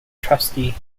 trustee